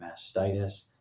mastitis